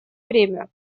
время